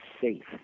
safe